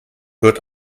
wird